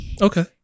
okay